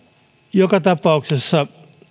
joka tapauksessa